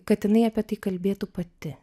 kad jinai apie tai kalbėtų pati